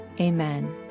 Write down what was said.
amen